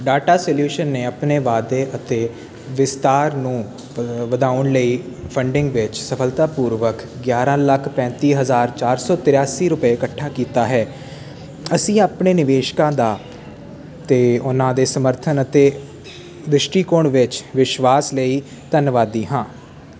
data solution ਨੇ ਆਪਣੇ ਵਾਧੇ ਅਤੇ ਵਿਸਤਾਰ ਨੂੰ ਵਧਾਉਣ ਲਈ ਫੰਡਿੰਗ ਵਿੱਚ ਸਫਲਤਾਪੂਰਵਕ ਗਿਆਰਾਂ ਲੱਖ ਪੈਂਤੀ ਹਜ਼ਾਰ ਚਾਰ ਸੋ ਤਰਿਆਸੀ ਰੁਪਏ ਇਕੱਠਾ ਕੀਤਾ ਹੈ ਅਸੀਂ ਆਪਣੇ ਨਿਵੇਸ਼ਕਾਂ ਦਾ ਅਤੇ ਉਨ੍ਹਾਂ ਦੇ ਸਮਰਥਨ ਅਤੇ ਦ੍ਰਿਸ਼ਟੀਕੋਣ ਵਿੱਚ ਵਿਸ਼ਵਾਸ ਲਈ ਧੰਨਵਾਦੀ ਹਾਂ